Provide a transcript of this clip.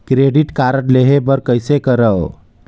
Credit card लेहे बर कइसे करव?